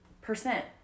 percent